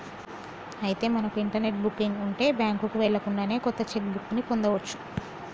అయితే మనకు internet booking ఉంటే బ్యాంకుకు వెళ్ళకుండానే కొత్త చెక్ బుక్ ని పొందవచ్చు